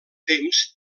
temps